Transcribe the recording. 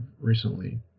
recently